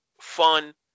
fun